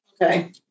Okay